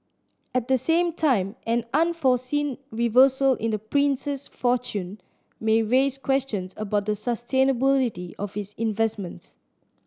at the same time any unforeseen reversal in the prince's fortunes may raise questions about the sustainability of his investments